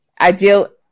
Ideal